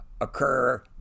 occur